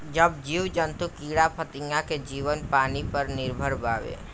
सब जीव जंतु कीड़ा फतिंगा के जीवन पानी पर ही निर्भर बावे